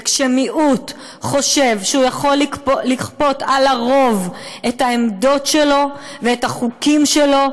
וכשמיעוט חושב שהוא יכול לכפות על הרוב את העמדות שלו ואת החוקים שלו,